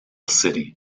city